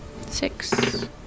Six